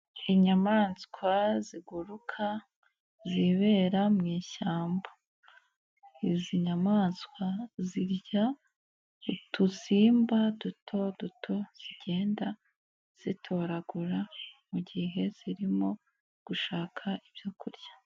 Inyamaswa ziguruka zibera mu ishyamba, izi nyamaswa zirya utusimba duto duto zigenda zitoragura mu gihe zirimo gushaka ibyo kurya.